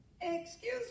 Excuse